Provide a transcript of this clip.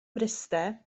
mryste